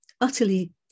utterly